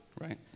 right